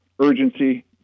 urgency